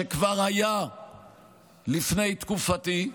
שכבר היה לפני תקופתי,